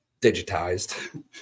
digitized